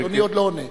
אדוני עוד לא עונה.